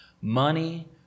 money